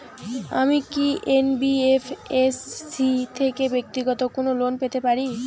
আমি কি এন.বি.এফ.এস.সি থেকে ব্যাক্তিগত কোনো লোন পেতে পারি?